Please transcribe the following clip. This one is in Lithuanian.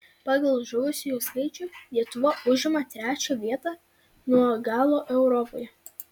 pagal žuvusiųjų skaičių lietuva užima trečią vietą nuo galo europoje